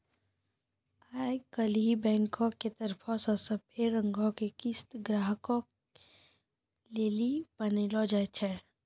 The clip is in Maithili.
आई काल्हि बैंको के तरफो से सभै रंगो के किस्त ग्राहको लेली बनैलो जाय छै